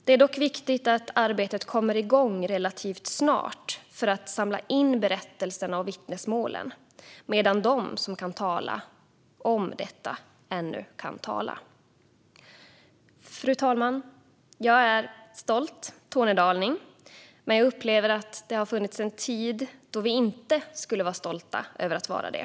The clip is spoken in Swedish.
Det är dock viktigt att arbetet med att samla in berättelserna och vittnesmålen kommer igång relativt snart medan de som kan tala om detta ännu kan tala. Fru talman! Jag är stolt tornedaling, men jag upplever att det har funnits en tid då vi inte skulle vara stolta över att vara det.